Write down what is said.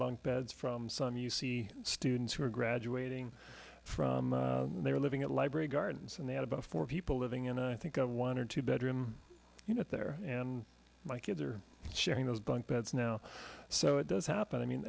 bunk beds from some you see students who are graduating from their living at library gardens and they had about four people living in i think of one or two bedroom unit there and my kids are sharing those bunk beds now so it does happen i mean